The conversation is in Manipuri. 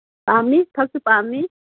ꯄꯥꯝꯃꯤ ꯐꯛꯁꯨ ꯄꯥꯝꯃꯤ